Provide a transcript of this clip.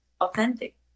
authentic